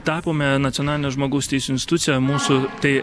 tapome nacionaline žmogaus teisių institucija mūsų tai